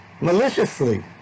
maliciously